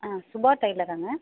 ஆ Suba டைலராங்க